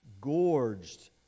gorged